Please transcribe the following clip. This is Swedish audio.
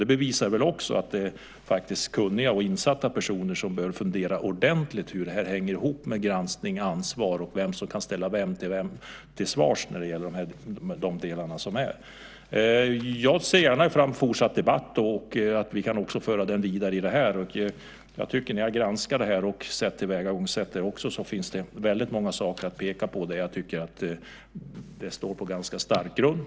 Det bevisar väl också att det faktiskt är kunniga och insatta personer som bör fundera ordentligt på hur detta hänger ihop med granskning och ansvar och vem som kan ställa vem till svars när det gäller detta. Jag ser gärna att det blir en fortsatt debatt. När jag har granskat detta och sett tillvägagångssättet, så finns det väldigt många saker att peka på som jag tycker står på ganska stark grund.